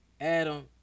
Adam